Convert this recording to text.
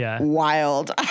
wild